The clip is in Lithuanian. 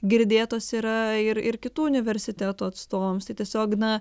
girdėtos yra ir ir kitų universitetų atstovams tai tiesiog na